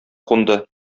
кунды